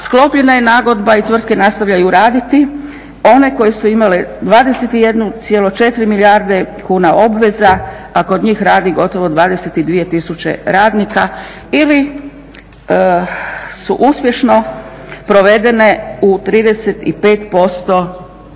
sklopljena je nagodba i tvrtke nastavljaju raditi one koje su imale 21,4 milijarde kuna obveza a kod njih radi gotovo 22000 radnika ili su uspješno provedene u 35%